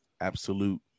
Absolute